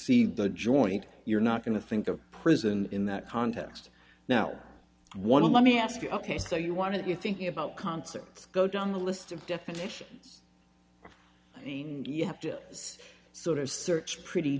see the joint you're not going to think of prison in that context now one let me ask you ok so you want to you're thinking about concerts go down the list of definitions you have to sort of search pretty